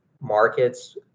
markets